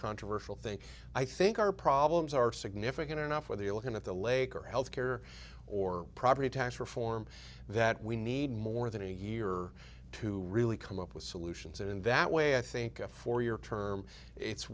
controversial thing i think our problems are significant enough whether you're looking at the lake or health care or property tax reform that we need more than a year to really come up with solutions and in that way i think a four year term it's